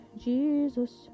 Jesus